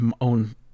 own